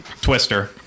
Twister